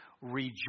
rejoice